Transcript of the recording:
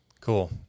Cool